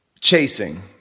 chasing